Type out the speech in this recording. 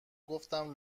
گفتم